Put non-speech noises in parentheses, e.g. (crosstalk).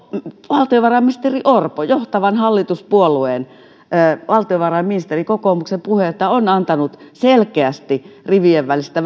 valtiovarainministeri orpo johtavan hallituspuolueen valtiovarainministeri kokoomuksen puheenjohtaja on antanut selkeästi vähintään rivien välistä (unintelligible)